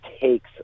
takes